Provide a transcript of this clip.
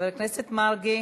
חבר הכנסת מרגי.